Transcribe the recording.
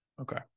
Okay